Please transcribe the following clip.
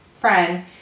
friend